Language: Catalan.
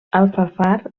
alfafar